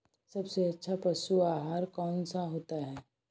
सबसे अच्छा पशु आहार कौन सा होता है?